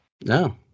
No